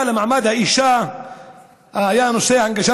בוועדה למעמד האישה דנו בנושא הנגשת